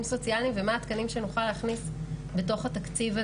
סוציאליים ומה התקנים שנוכל להכניס בתוך התקציב הזה.